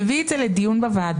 מביא את זה לדיון בוועדה,